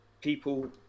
people